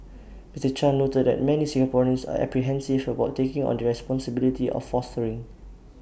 Mister chan noted that many Singaporeans are apprehensive about taking on the responsibility of fostering